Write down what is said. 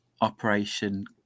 operation